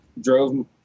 drove